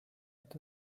est